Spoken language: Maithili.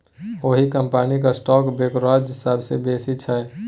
ओहि कंपनीक स्टॉक ब्रोकरेज सबसँ बेसी छै